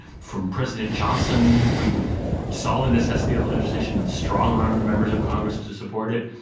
from president johnson who saw the necessity of the legislation and strongarmed members of congress to support it,